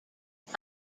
phi